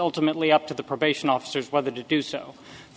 ultimately up to the probation officers whether to do so